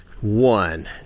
one